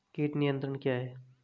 कीट नियंत्रण क्या है?